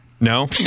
No